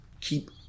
keep